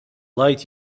light